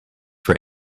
for